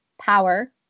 power